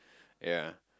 yea